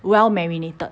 well marinated